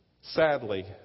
Sadly